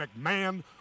McMahon